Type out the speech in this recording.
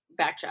backtrack